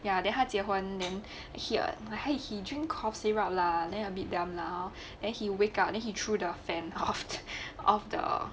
ya then 她结婚 then here !hey! he drink cough syrup lah then a bit damn lah then he wake up then he threw the fan off off the